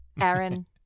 Aaron